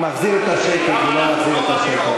מחזיר את השקט ומי לא מחזיר את השקט.